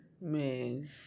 Man